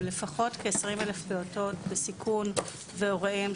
של לפחות כ- 20 אלף פעוטות בסיכון והוריהם,